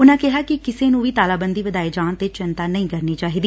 ਉਨਾ ਕਿਹਾ ਕਿ ਕਿਸੇ ਨੂੰ ਵੀ ਤਾਲਾਬੰਦੀ ਵਧਾਏ ਜਾਣ ਤੇ ਚਿੰਤਾ ਨਹੀ ਕਰਨੀ ਚਾਹੀਦੀ